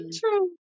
true